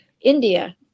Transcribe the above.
India